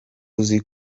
uzi